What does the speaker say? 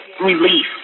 relief